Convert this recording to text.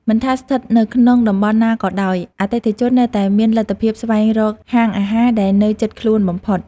មិនថាស្ថិតនៅក្នុងតំបន់ណាក៏ដោយអតិថិជននៅតែមានលទ្ធភាពស្វែងរកហាងអាហារដែលនៅជិតខ្លួនបំផុត។